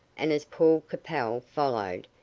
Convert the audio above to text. and as paul capel followed,